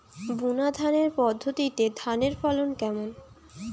বুনাধানের পদ্ধতিতে ধানের ফলন কেমন?